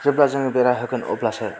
जेब्ला जोङो बेरा होगोन अब्लासो